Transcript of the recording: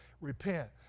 repent